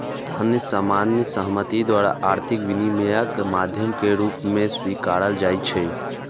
धन सामान्य सहमति द्वारा आर्थिक विनिमयक माध्यम के रूप मे स्वीकारल जाइ छै